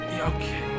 okay